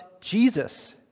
Jesus